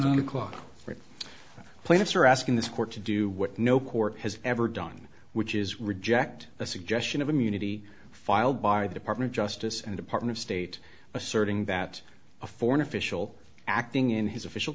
on the clock for the plaintiffs are asking this court to do what no court has ever done which is reject the suggestion of immunity filed by the department of justice and department of state asserting that a foreign official acting in his official